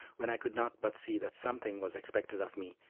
when i could not but see that something was expected of me,